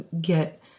get